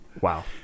Wow